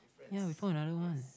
ya we found another one